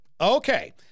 Okay